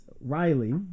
Riley